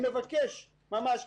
אני מבקש ממש,